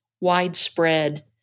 widespread